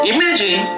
Imagine